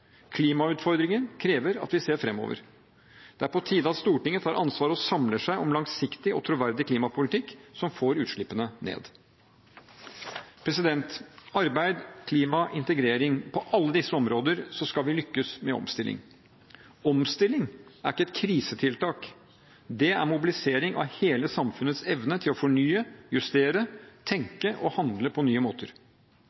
Klimautfordringen krever at vi ser framover. Det er på tide at Stortinget tar ansvar og samler seg om langsiktig og troverdig klimapolitikk som får utslippene ned. Arbeid, klima, integrering – på alle disse områdene skal vi lykkes med omstilling. Omstilling er ikke et krisetiltak, det er mobilisering av hele samfunnets evne til å fornye, justere, tenke og handle på nye måter.